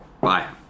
Bye